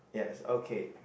yes okay